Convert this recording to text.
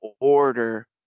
order